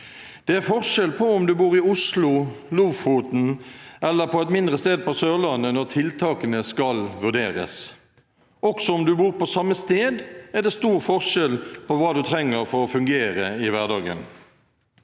Det er forskjell på om du bor i Oslo, i Lofoten eller på et mindre sted på Sørlandet når tiltakene skal vurderes. Også for dem som bor på samme sted, er det stor forskjell på hva de trenger for å fungere i hverdagen.